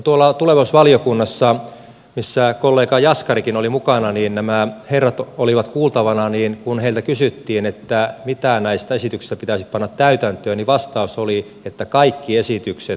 kun tulevaisuusvaliokunnassa missä kollega jaskarikin oli mukana nämä herrat olivat kuultavina heiltä kysyttiin mitä näistä esityksistä pitäisi panna täytäntöön niin vastaus oli että kaikki esitykset